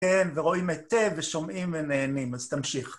כן, ורואים היטב ושומעים ונהנים, אז תמשיך.